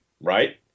right